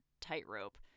tightrope